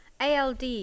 ALD